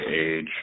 age